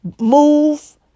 Move